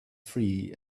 free